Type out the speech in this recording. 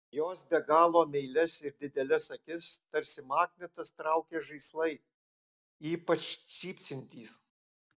jos be galo meilias ir dideles akis tarsi magnetas traukia žaislai ypač cypsintys